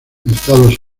estados